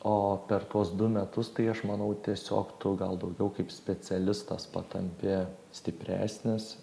o per tuos du metus tai aš manau tiesiog tu gal daugiau kaip specialistas tampi stipresnis